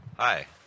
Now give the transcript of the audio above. Hi